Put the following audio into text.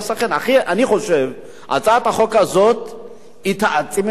אני חושב שהצעת החוק הזאת תעצים את הבעיה.